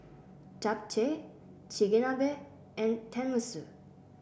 Japchae Chigenabe and Tenmusu